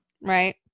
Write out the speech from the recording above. Right